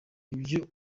ibyo